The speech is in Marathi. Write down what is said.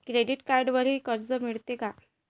क्रेडिट कार्डवरही कर्ज मिळते का?